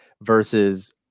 versus